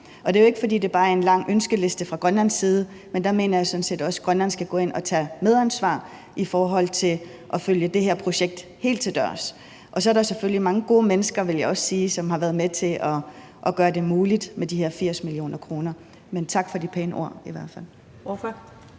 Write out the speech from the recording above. Det er jo ikke, fordi det bare er en lang ønskeliste fra grønlandsk side. Der mener jeg sådan set også at Grønland skal gå ind og tage medansvar for at følge det her projekt helt til dørs. Så er der selvfølgelig de mange gode mennesker, vil jeg også sige, som har været med til at gøre det her med de 80 mio. kr. muligt. Men i hvert fald